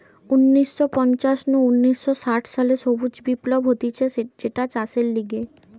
উনিশ শ পঞ্চাশ নু উনিশ শ ষাট সালে সবুজ বিপ্লব হতিছে যেটা চাষের লিগে